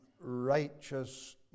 righteous